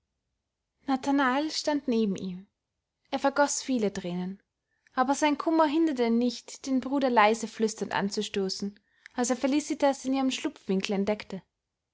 nathanael stand neben ihm er vergoß viele thränen aber sein kummer hinderte ihn nicht den bruder leise flüsternd anzustoßen als er felicitas in ihrem schlupfwinkel entdeckte